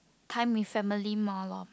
time with family more lor